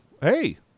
hey